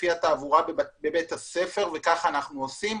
לפי התעבורה בבית הספר וכך אנחנו עושים.